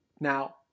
Now